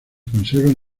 conservan